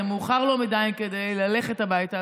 זה מאוחר לו מדי כדי ללכת הביתה,